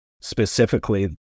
specifically